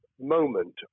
moment